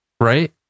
right